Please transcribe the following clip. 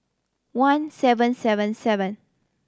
one seven seven seven